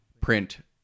print